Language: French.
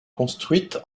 construite